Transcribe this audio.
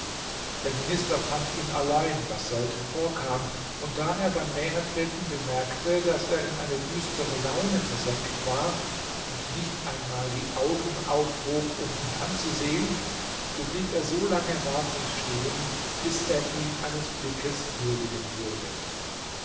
der minister fand ihn allein was selten vorkam und da er beim nähertreten bemerkte daß er in eine düstere laune versenkt war und nicht einmal die augen aufhob um ihn anzusehen so blieb er solange wartend stehen bis er ihn eines blickes würdigen würde